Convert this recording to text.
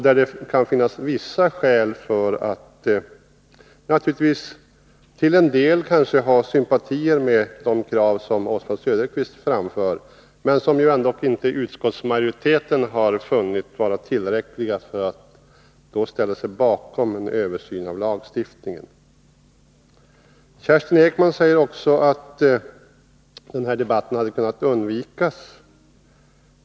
Det kan naturligtvis finnas skäl för att ha sympatier för en del av de krav som Oswald Söderqvist framför, men utskottsmajoriteten har inte funnit dessa skäl vara tillräckliga för att ställa sig bakom en begäran om översyn av lagstiftningen. Kerstin Ekman säger också att den här debatten hade kunnat undvikas.